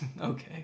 Okay